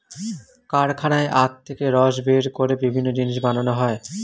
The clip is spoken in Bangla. কারখানায় আখ থেকে রস বের করে বিভিন্ন জিনিস বানানো হয়